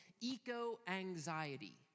eco-anxiety